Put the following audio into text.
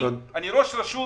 אני ראש רשות